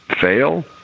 fail